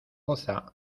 goza